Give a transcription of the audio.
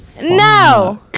no